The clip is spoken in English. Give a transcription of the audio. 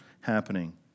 happening